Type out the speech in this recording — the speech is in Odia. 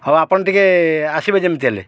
ହଉ ଆପଣ ଟିକିଏ ଆସିବେ ଯେମିତି ହେଲେ